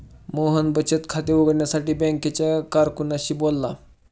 मोहन बचत खाते उघडण्यासाठी बँकेच्या कारकुनाशी बोलला